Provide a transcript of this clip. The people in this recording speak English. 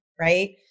right